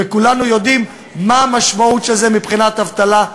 וכולנו יודעים מה המשמעות של זה מבחינת אבטלה,